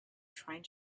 trying